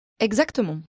Exactement